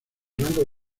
rango